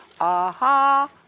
aha